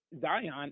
Zion